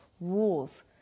rules